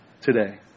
today